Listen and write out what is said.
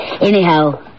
Anyhow